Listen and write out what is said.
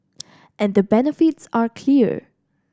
and the benefits are clear